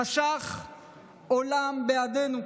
חשך עולם בעדנו.